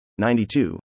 92